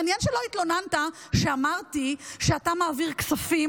מעניין שלא התלוננת כשאמרתי שאתה מעביר כספים